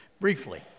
briefly